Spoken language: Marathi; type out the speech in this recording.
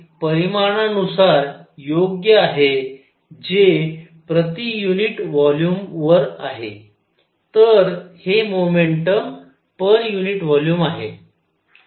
हे परिमाणानुसार योग्य आहे जे प्रति युनिट व्हॉल्यूमवर आहे तर हे मोमेंटम पर युनिट व्हॉल्यूम आहे